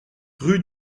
rue